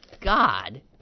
God